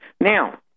Now